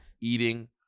eating